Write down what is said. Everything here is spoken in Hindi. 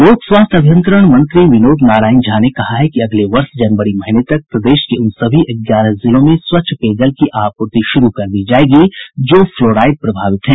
लोक स्वास्थ्य अभियंत्रण मंत्री विनोद नारायण झा ने कहा है कि अगले वर्ष जनवरी महीने तक प्रदेश के उन सभी ग्यारह जिलों में स्वच्छ पेयजल की आपूर्ति शुरू कर दी जायेगी जो फ्लोराइड प्रभावित हैं